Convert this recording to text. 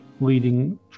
leading